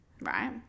right